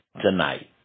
tonight